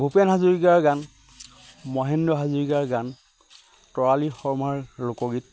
ভূপেন হাজৰিকাৰ গান মহেন্দ্ৰ হাজৰিকাৰ গান তৰালী শৰ্মাৰ লোকগীত